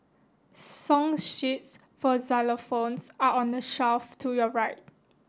song sheets for xylophones are on the shelf to your right